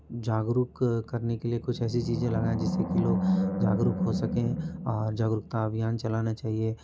जागरुक करने के लिए कुछ ऐसी चीज़ें लगाएँ जिससे कि लोग जागरुक हो सकें जागरूकता अभियान चलाना चाहिए